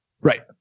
Right